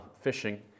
fishing